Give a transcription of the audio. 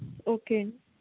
okay అండి